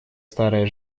старая